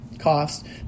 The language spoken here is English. cost